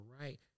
right